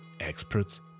Experts